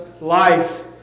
life